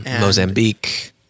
Mozambique